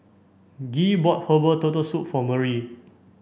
Gee bought herbal turtle soup for Murry